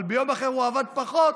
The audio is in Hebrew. אבל ביום אחר הוא עבד פחות,